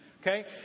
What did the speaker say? Okay